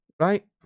Right